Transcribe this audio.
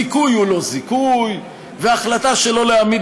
זיכוי הוא לא זיכוי והחלטה שלא להעמיד